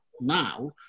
now